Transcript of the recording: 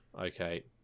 Okay